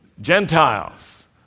Gentiles